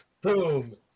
Boom